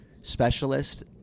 specialist